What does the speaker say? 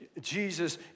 Jesus